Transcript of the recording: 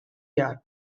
yard